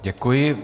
Děkuji.